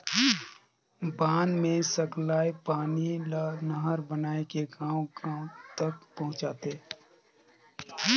बांध मे सकलाए पानी ल नहर बनाए के गांव गांव तक पहुंचाथें